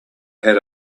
had